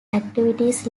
activities